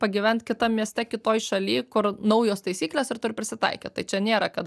pagyvent kitam mieste kitoj šaly kur naujos taisyklės ir turi prisitaikyt tai čia nėra kad